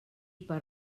per